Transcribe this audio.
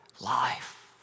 life